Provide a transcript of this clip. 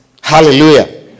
Hallelujah